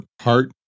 heart